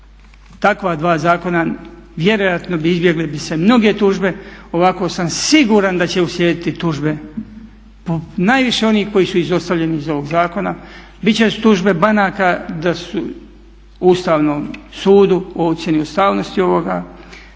Takva dva zakona vjerojatno bi se izbjegle mnoge tužbe, ovako sam siguran da će uslijediti tužbe, najviše onih koji su izostavljeni iz ovog zakona. Bit će tužbe banaka Ustavnom sudu o ocjeni ustavnosti ovoga,